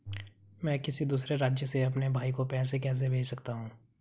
मैं किसी दूसरे राज्य से अपने भाई को पैसे कैसे भेज सकता हूं?